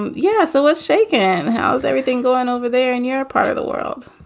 um yeah. so what's shakin? how's everything going over there in your part of the world?